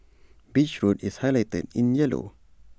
beach road is highlighted in yellow